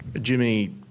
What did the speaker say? Jimmy